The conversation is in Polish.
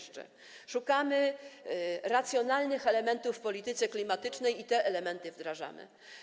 Szukamy racjonalnych elementów w polityce klimatycznej i te elementy wdrażamy.